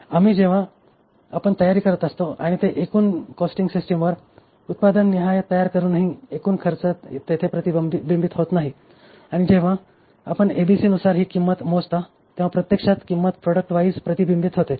आम्ही जेव्हा आपण तयारी करतो आणि ते देखील एकूण कॉस्टिंग सिस्टीमवर उत्पादननिहाय तयार करूनही एकूण खर्च तेथे प्रतिबिंबित होत नाही आणि जेव्हा आपण एबीसीनुसार ही किंमत मोजता तेव्हा प्रत्यक्षात किंमत प्रॉडक्ट वाईस प्रतिबिंबित होते